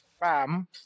bam